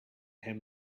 him